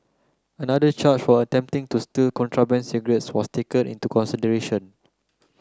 another charge for attempting to steal contraband cigarettes was taken into consideration